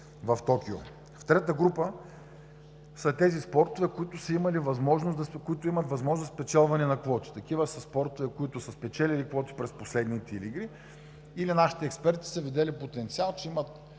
са тези спортове, които имат възможност за спечелване на квоти. Такива са спортове, които са спечелили квоти през последните игри или нашите експерти са видели потенциал, че има